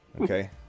Okay